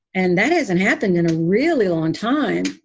and that hasn't happened in a really long time.